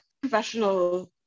professional